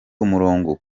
umurongo